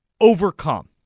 overcome